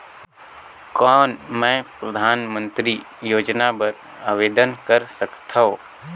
कौन मैं परधानमंतरी योजना बर आवेदन कर सकथव?